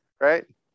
right